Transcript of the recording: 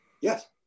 Yes